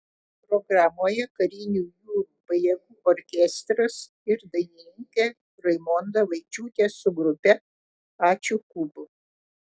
programoje karinių jūrų pajėgų orkestras ir dainininkė raimonda vaičiūtė su grupe ačiū kubu